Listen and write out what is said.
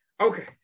Okay